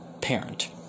parent